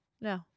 No